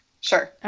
sure